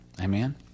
Amen